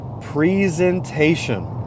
Presentation